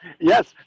Yes